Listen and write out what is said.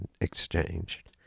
exchanged